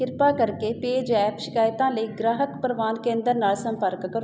ਕਿਰਪਾ ਕਰਕੇ ਪੇਜੈਪ ਸ਼ਿਕਾਇਤਾਂ ਲਈ ਗਾਹਕ ਪਰਵਾਨ ਕੇਂਦਰ ਨਾਲ ਸੰਪਰਕ ਕਰੋ